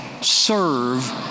serve